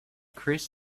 chris